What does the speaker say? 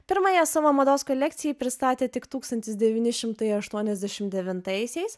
pirmąją savo mados kolekciją pristatė tik tūkstantis devyni šimtai aštuoniasdešimt devintaisiais